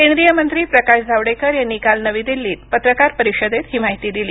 केंद्रीय मंत्री प्रकाश जावडेकर यांनी काल नवी दिल्लीत पत्रकार परिषदेत ही माहिती दिली